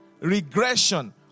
regression